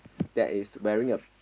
that is wearing a